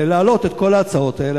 להעלות את כל ההצעות האלה.